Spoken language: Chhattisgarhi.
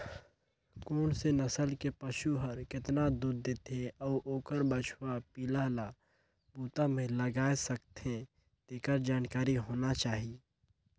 कोन से नसल के पसु हर केतना दूद देथे अउ ओखर बछवा पिला ल बूता में लगाय सकथें, तेखर जानकारी होना चाही